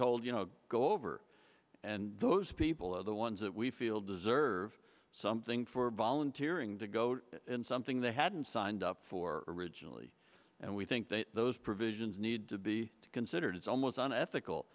told you know go over and those people are the ones that we feel deserve something for volunteering to go to something they hadn't signed up for originally and we think that those provisions need to be considered it's almost an ethical